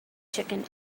chicken